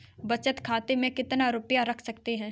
बचत खाते में कितना रुपया रख सकते हैं?